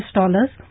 dollars